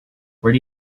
where